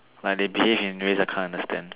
like they behave in a way that can't understand